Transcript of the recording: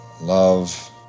love